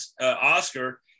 Oscar